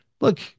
look